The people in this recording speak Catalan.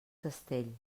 castell